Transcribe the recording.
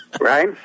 Right